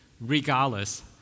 regardless